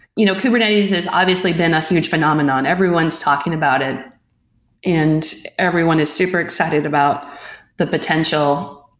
you know kubernetes is obviously been a huge phenomenon. everyone's talking about it and everyone is super excited about the potential.